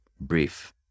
brief